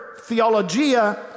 theologia